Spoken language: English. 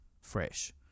fresh